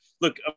look